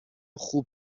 خوب